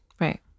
right